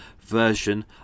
version